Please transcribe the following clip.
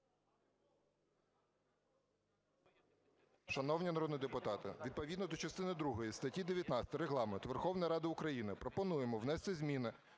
Шановні народні депутати, відповідно до частини другої статті 19 Регламенту Верховної Ради України пропонуємо внести зміни